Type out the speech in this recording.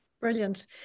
Brilliant